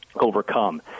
overcome